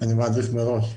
אני מעדיף לברך מראש.